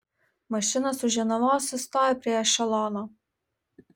mašinos už jonavos sustojo prie ešelono